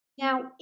Now